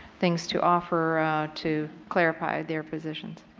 things to offer to clarify their positions.